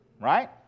Right